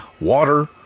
water